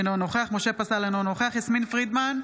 אינו נוכח משה פסל, אינו נוכח יסמין פרידמן,